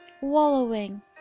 wallowing